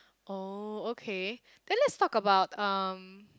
oh okay then let's talk about um